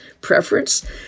preference